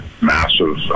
massive